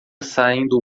saindo